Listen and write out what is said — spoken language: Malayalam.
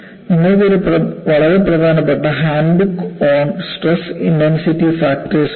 നിങ്ങൾക്ക് വളരെ പ്രധാനപ്പെട്ട "handbook on stress intensity factors" ഉണ്ട്